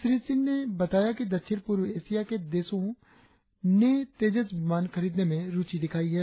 श्री सिंह ने बताया कि दक्षिण पूर्व एशिया के देशों एन तेजस विमान खरीदने में रुचि दिखाई है